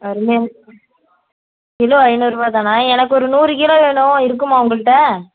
அருமையாக இருக்கா கிலோ ஐநூறுருவா தானா எனக்கு ஒரு நூறு கிலோ வேணும் இருக்குமா உங்கள்கிட்ட